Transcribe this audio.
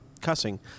cussing